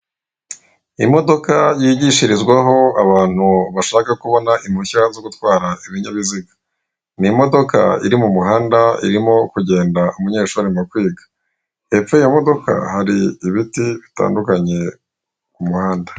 Imodoka yigishirizwaho abantu bashaka kubona impushya zo gutwara ibinyabiziga. Ni imodoka iri mu muhanda irimo kugenda umunyeshuri ari mu kwiga. Hepfo y'iyo modoka hari ibiti bitandukanye ku muhanda.